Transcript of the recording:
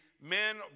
men